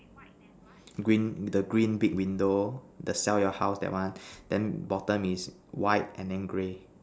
green the green big window the sell your house that one then bottom is white and then grey